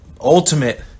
ultimate